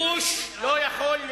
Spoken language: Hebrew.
אלה שלא ראויים